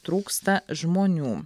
trūksta žmonių